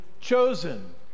chosen